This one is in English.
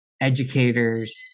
educators